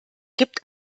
gibt